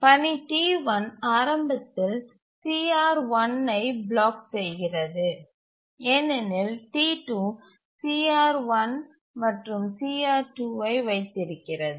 பணி T1 ஆரம்பத்தில் CR1ஐ பிளாக் செய்கிறது ஏனெனில் T2 CR1 மற்றும் CR2ஐ வைத்திருக்கிறது